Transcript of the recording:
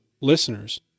listeners